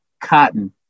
cotton